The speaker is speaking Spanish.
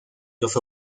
los